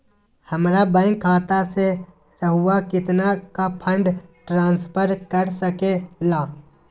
हमरा बैंक खाता से रहुआ कितना का फंड ट्रांसफर कर सके ला?